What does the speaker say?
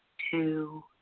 two,